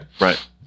Right